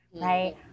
right